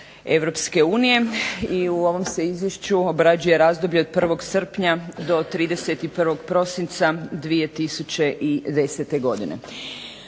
Europske unije, i u ovom se izvješću obrađuje razdoblje od 1. srpnja do 31. prosinca 2010. godine.